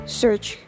search